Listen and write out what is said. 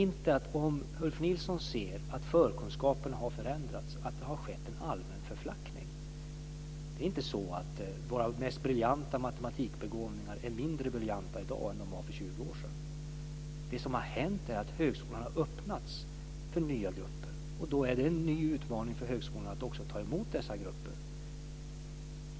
Även om Ulf Nilsson menar att förkunskaperna har förändrats och att det har skett en allmän förflackning, är det inte så att våra mest briljanta matematikbegåvningar i dag är mindre briljanta än för 20 år sedan. Det som har hänt är att högskolan har öppnats för nya grupper, och det är en ny utmaning för högskolorna att också ta emot dessa grupper.